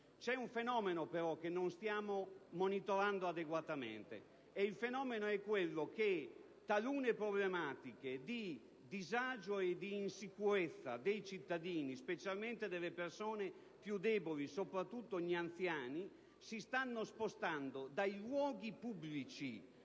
C'è un fenomeno però che non stiamo monitorando adeguatamente: talune problematiche di disagio e di insicurezza dei cittadini, specialmente delle persone più deboli, soprattutto degli anziani, si stanno spostando dai luoghi pubblici